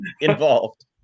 involved